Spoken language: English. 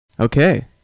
okay